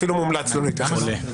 אפילו מומלץ לא להתייחס.